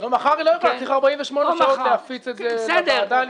מחר היא לא יכולה לעלות כי צריך 48 שעות כדי להפיץ את זה לוועדה.